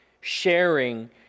sharing